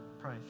pray